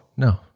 No